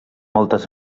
moltes